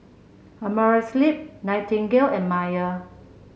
Amerisleep Nightingale and Mayer